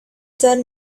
dead